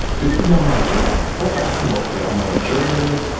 this is not my job. i'm a basketball player. i'm not a journalist.